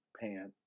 pant